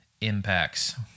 impacts